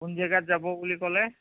কোন জেগাত যাব বুলি ক'লে